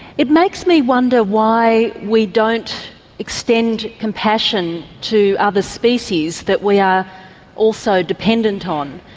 it makes me wonder why we don't extend compassion to other species that we are also dependent on.